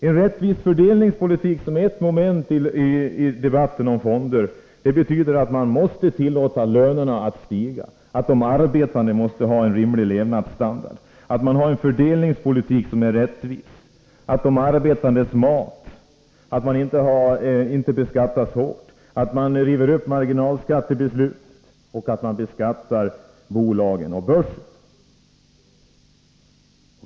En rättvis fördelningspolitik som är ett moment i fonderna betyder att man måste tillåta lönerna att stiga. De arbetande måste ha en rimlig levnadsstandard. Man måste ha en fördelningspolitik som är rättvis. Man får inte beskatta de arbetandes mat hårt. Man måste riva upp marginalskattebeslutet och beskatta bolagen och börsen.